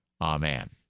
amen